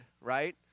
right